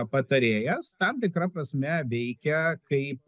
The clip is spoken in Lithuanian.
patarėjas tam tikra prasme veikia kaip